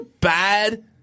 bad